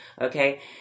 Okay